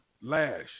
lash